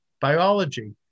biology